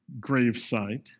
gravesite